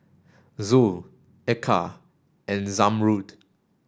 Zul Eka and Zamrud